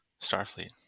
starfleet